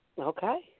Okay